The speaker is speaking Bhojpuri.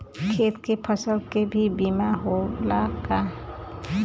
खेत के फसल के भी बीमा होला का?